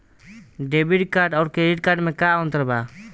Debit card आउर credit card मे का अंतर बा?